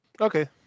Okay